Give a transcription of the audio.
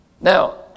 Now